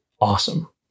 awesome